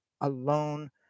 alone